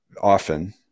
often